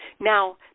Now